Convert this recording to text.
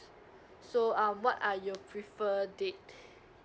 so um what are your preferred date